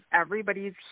everybody's